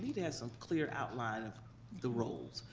to have some clear outline of the roles.